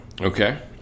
Okay